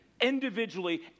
individually